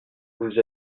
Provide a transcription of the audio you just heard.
vous